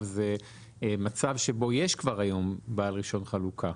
זה מצב שבו יש כבר היום בעל רישיון חלוקה.